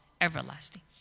everlasting